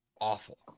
awful